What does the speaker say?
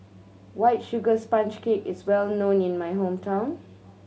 White Sugar Sponge Cake is well known in my hometown